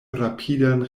rapidan